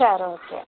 சரி ஓகே